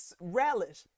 relish